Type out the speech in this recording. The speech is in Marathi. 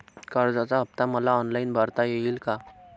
कर्जाचा हफ्ता मला ऑनलाईन भरता येईल का?